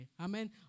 amen